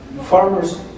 farmers